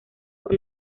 por